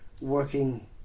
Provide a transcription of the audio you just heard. working